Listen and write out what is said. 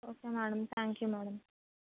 okay madam thank you madam